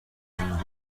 وجود